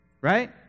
Right